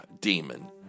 Demon